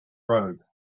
robe